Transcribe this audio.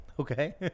Okay